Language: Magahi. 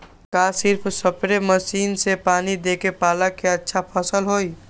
का सिर्फ सप्रे मशीन से पानी देके पालक के अच्छा फसल होई?